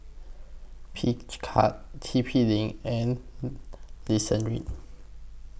Picard T P LINK and Listerine